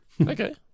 Okay